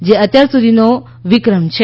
જે અત્યાર સુધીનો ક વિક્રમ છે